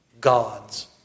God's